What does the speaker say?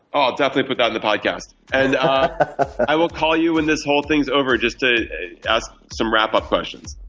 i'll definitely put that in the podcast. and i will call you when this whole thing's over just to ask some wrap-up questions.